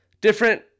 different